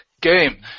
game